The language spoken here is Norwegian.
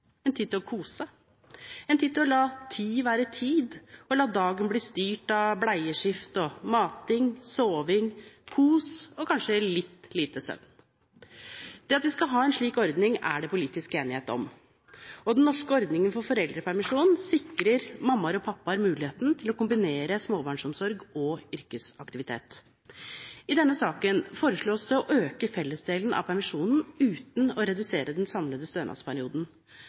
en tid til å kose, en tid til å la tid være tid og la dagen bli styrt av bleieskift, mating, soving, kos og kanskje litt lite søvn. Det at vi skal ha en slik ordning er det politisk enighet om, og den norske ordningen for foreldrepermisjon sikrer mammaer og pappaer muligheten til å kombinere småbarnsomsorg og yrkesaktivitet. I denne saken foreslås det å øke fellesdelen av permisjonen uten å redusere den samlede stønadsperioden.